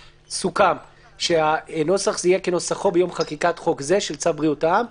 סוכם שנוסח יהיה: כנוסחו ביום חקיקת חוק זה של צו בריאות העם.